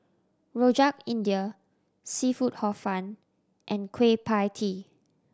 Rojak India seafood Hor Fun and Kueh Pie Tee